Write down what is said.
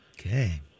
Okay